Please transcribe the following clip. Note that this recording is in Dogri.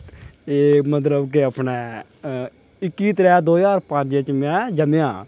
एह् मतलब कि अपने इक्की त्रै दो ज्हार पंज च में जम्मेआ हा